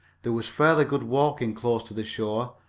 there was fairly good walking close to the shore,